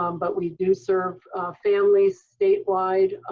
um but we do serve families statewide,